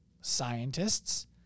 scientists